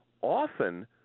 often